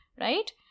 right